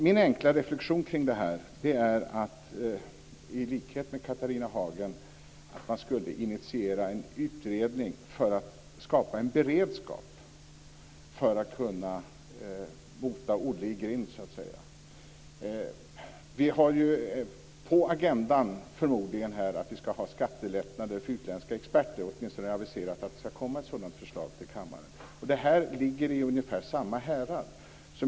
Min enkla reflexion, i likhet med Catharina Hagen, är att man skulle initiera en utredning för att skapa en beredskap för att så att säga kunna mota Olle i grind. På agendan har vi förmodligen skattelättnader för utländska experter. Det är åtminstone aviserat att det skall komma ett sådant förslag till kammaren. Den här frågan ligger i ungefär samma härad.